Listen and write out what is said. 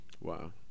Wow